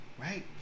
right